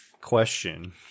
question